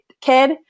kid